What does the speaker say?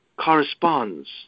corresponds